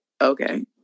okay